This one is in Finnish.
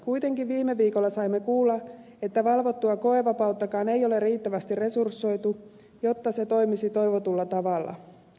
kuitenkin viime viikolla saimme kuulla että valvottua koevapauttakaan ei ole riittävästi resursoitu jotta se toimisi toivotulla tavalla